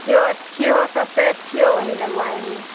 जो अच्छी हो सबसे अच्छी हो वही लगवाएंगे